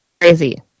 Crazy